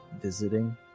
visiting